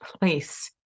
place